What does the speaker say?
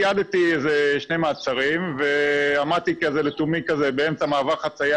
תיעדתי שני מעצרים ועמדתי לתומי באמצע מעבר חציה